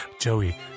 Joey